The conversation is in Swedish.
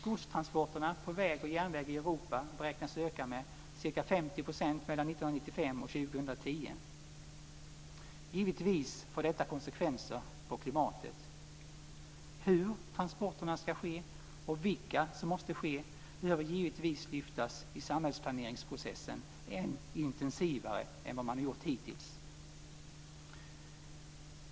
Godstransporterna på väg och järnväg i Europa beräknas öka med ca 50 % mellan 1995 och 2010. Givetvis får detta konsekvenser på klimatet. Hur transporterna ska ske, och vilka som måste ske, behöver givetvis lyftas fram i samhällsplaneringsprocessen än intensivare än hittills.